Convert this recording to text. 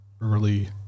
early